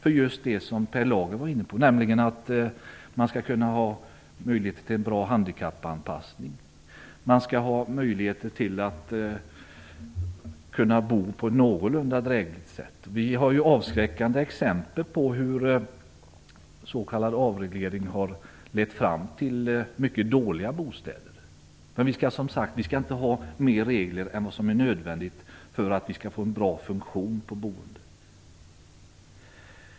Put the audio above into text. Vi vill inte detaljstyra mer än vad som kanske är nödvändigt för att se till att det finns möjligheter till en bra handikappanpassning, något som Per Lager var inne på, och att man skall kunna bo på ett någorlunda drägligt sätt. Vi har avskräckande exempel på hur s.k. avreglering har gett upphov till mycket dåliga bostäder. Men vi skall som sagt inte ha mer regler än vad som är nödvändigt för att vi skall få en bra funktion på boendet.